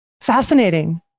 Fascinating